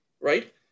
right